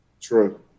True